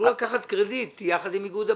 תוכלו לקחת קרדיט יחד עם איגוד הבנקים,